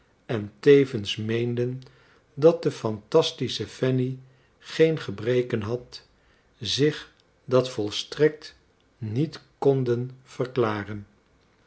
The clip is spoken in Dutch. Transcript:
en tevens meenden dat de phantastische fanny geen gebreken had zich dat volstrekt niet konden verklaren